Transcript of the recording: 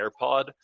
AirPod